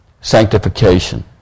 sanctification